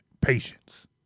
patience